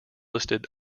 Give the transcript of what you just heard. listed